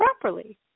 properly